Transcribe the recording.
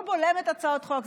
או בולמת הצעות חוק,